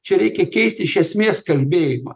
čia reikia keisti iš esmės kalbėjimą